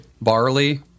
barley